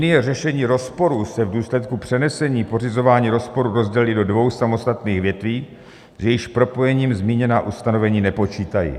Linie řešení rozporu se v důsledku přenesení pořizování rozporu rozdělí do dvou samostatných větví, s jejichž propojením zmíněná ustanovení nepočítají.